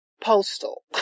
Postal